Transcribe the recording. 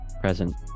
present